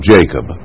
Jacob